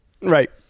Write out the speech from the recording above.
Right